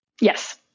Yes